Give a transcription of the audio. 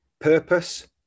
purpose